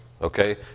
okay